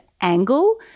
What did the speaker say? angle